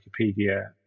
Wikipedia